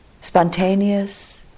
spontaneous